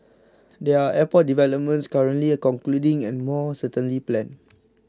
there are airport developments currently concluding and more certainly planned